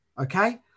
Okay